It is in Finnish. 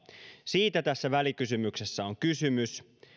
siitä tässä välikysymyksessä on kysymys